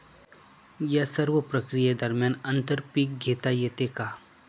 या सर्व प्रक्रिये दरम्यान आंतर पीक घेता येते का?